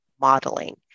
modeling